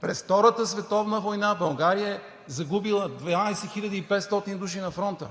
През Втората световна война България е загубила 12 500 души на фронта.